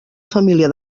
família